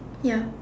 ya